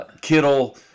Kittle